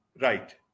Right